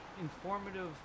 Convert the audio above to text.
informative